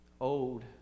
Old